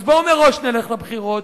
אז בואו מראש נלך לבחירות.